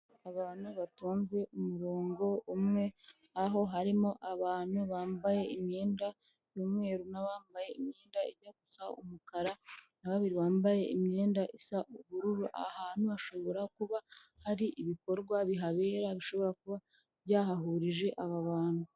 Abantu batonze umurongo umwe, aho harimo abantu bambaye imyenda y'umweru, n'abambaye imyenda isa umukara na babiri bambaye imyenda isa ubururu, ahantu hashobora kuba hari ibikorwa bihabera bishobora kuba byahahurije aba bantu.